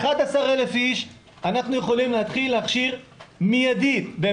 אנחנו יכולים להתחיל להכשיר מידית 11,000